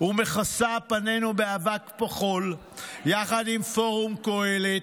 ומכסה פנינו באבק וחול יחד עם פורום קהלת,